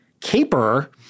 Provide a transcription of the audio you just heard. caper